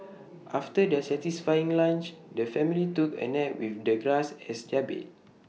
after their satisfying lunch the family took A nap with the grass as their bed